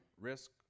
risk